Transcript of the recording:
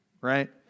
right